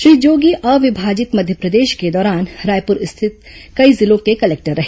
श्री जोगी अविभाजित मध्यप्रदेश के दौरान रायपुर सहित कई जिलों के कलेक्टर रहे